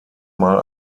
mal